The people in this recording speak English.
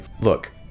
look